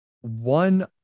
one